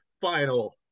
final